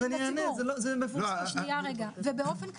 ובאופן כללי,